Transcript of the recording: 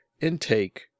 intake